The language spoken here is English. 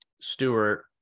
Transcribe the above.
Stewart